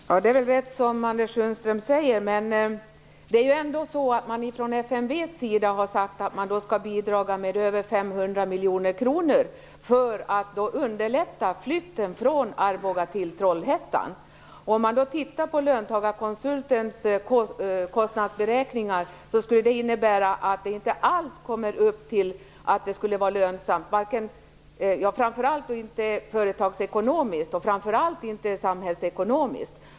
Fru talman! Det är väl rätt som Anders Sundström säger. Men det är ändå så att FMV har sagt att man skall bidra med över 500 miljoner kronor för att underlätta flytten från Arboga till Trollhättan. Enligt löntagarkonsultens kostnadsberäkningar skulle det innebära att det inte alls når upp till någon lönsamhet, varken företagsekonomiskt eller samhällsekonomiskt.